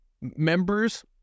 Members